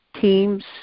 teams